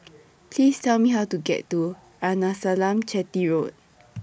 Please Tell Me How to get to Arnasalam Chetty Road